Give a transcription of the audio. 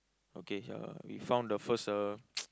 okay uh we found the first uh